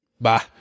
Bye